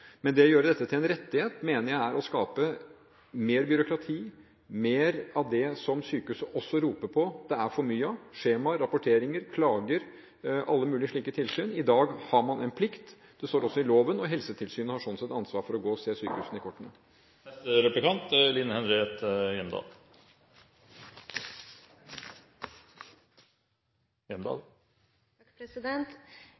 Men det å gjøre dette til en rettighet mener jeg er å skape mer byråkrati, mer av det som sykehusene roper at det er for mye av: skjemaer, rapporteringer, klager – alle mulige slike tilsyn. I dag har man en plikt, det står også i loven. Og Helsetilsynet har slik sett et ansvar for å se sykehusene i kortene.